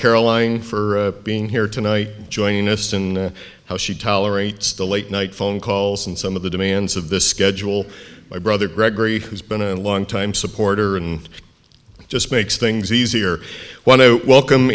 caroline for being here tonight joining us in how she tolerates the late night phone calls and some of the demands of the schedule by brother gregory who's been a long time supporter and just makes things easier when i welcome